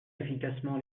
effectivement